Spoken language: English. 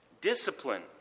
Discipline